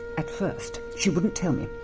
at first she wouldn't tell me,